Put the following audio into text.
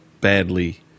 badly